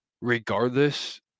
regardless